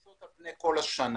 זה מתפרש על פני כל השנה.